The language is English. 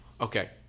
okay